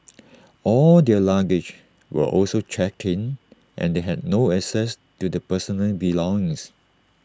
all their luggage were also checked in and they had no access to their personal belongings